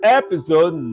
episode